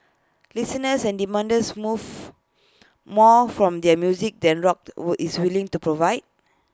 listeners are demander's move more from their music than rock is willing to provide